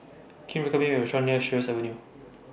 Can YOU recommend Me A Restaurant near Sheares Avenue